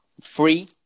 free